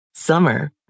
summer